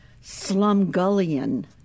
Slumgullion